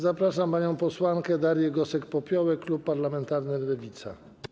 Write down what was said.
Zapraszam panią posłankę Darię Gosek-Popiołek, klub parlamentarny Lewica.